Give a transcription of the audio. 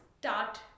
start